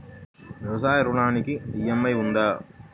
వ్యవసాయ ఋణానికి ఈ.ఎం.ఐ ఉందా?